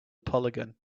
polygon